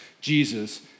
Jesus